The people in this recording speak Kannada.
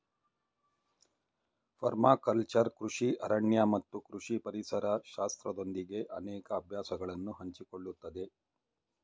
ಪರ್ಮಾಕಲ್ಚರ್ ಕೃಷಿ ಅರಣ್ಯ ಮತ್ತು ಕೃಷಿ ಪರಿಸರ ಶಾಸ್ತ್ರದೊಂದಿಗೆ ಅನೇಕ ಅಭ್ಯಾಸಗಳನ್ನು ಹಂಚಿಕೊಳ್ಳುತ್ತದೆ